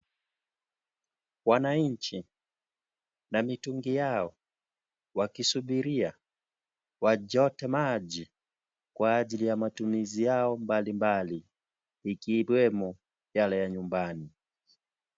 Wananchi, na mitungi yao wakisubiria wachote maji kwa ajili ya matumizi yao mbali mbali ikiwemo yale ya nyumbani.